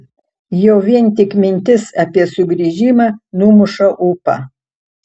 jau vien tik mintis apie sugrįžimą numuša ūpą